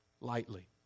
lightly